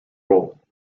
roll